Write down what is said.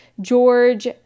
George